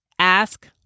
Ask